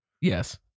Yes